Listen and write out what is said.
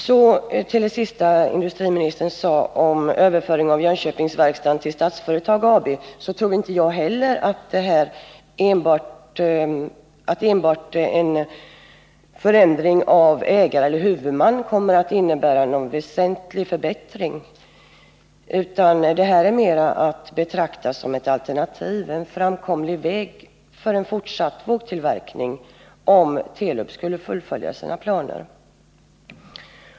Jag vill kommentera det sista som industriministern sade om överföring av Jönköpingsverkstaden till Statsföretag AB. Inte heller tror jag att enbart en förändring av huvudman kommer att innebära någon väsentlig förbättring. Detta är mer att betrakta som ett alternativ, en framkomlig väg för en fortsatt vågtillverkning, om Telub skulle fullfölja sina planer.